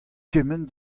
kement